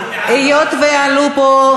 היות שהעלו פה,